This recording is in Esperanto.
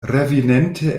reveninte